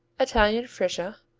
italian freisa,